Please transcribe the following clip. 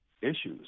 issues